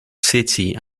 city